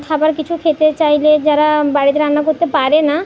খাবার কিছু খেতে চাইলে যারা বাড়িতে রান্না করতে পারে না